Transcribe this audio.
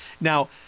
Now